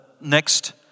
next